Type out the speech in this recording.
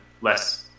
less